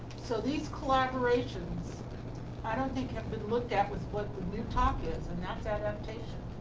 so these collaborations i don't think have been looked at with what your talk is and that's adaptation.